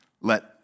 Let